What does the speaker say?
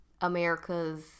America's